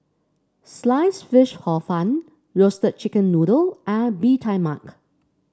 slice fish Hor Fun Roasted Chicken Noodle and Bee Tai Mak